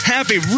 Happy